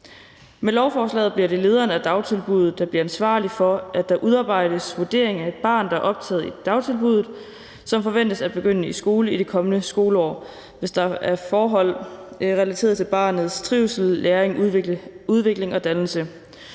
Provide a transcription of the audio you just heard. Med lovforslaget bliver det lederen af dagtilbuddet, der bliver ansvarlig for, at der udarbejdes en vurdering af et barn optaget i dagtilbuddet, som forventes at begynde i skole i det kommende skoleår, hvis der er forhold relateret til barnets trivsel, læring, udvikling og dannelse.